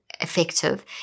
effective